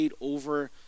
over